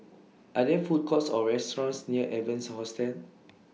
Are There Food Courts Or restaurants near Evans Hostel